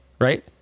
Right